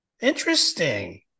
Interesting